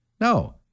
No